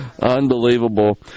Unbelievable